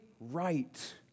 right